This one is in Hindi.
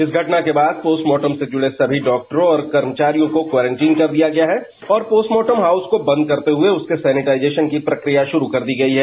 इस घटना के बाद पोस्टमार्टम से जुड़े सभी डॉक्टरों और कर्मचारियों को क्वारंटीन कर दिया गया है और पोस्टमार्टम हाउस को बंद करते हुए उसके सैनिटाइजेशन की प्रक्रिया शुरू कर दी गई है